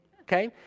Okay